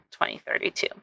2032